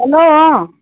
hello অঁ